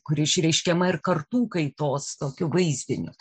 kuri išreiškiama ir kartų kaitos tokiu vaizdiniu